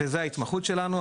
וזו ההתמחות שלנו.